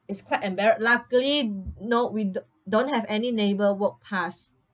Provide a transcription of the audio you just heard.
is quite embarra~ luckily no we d~ don't have any neighbor walk pass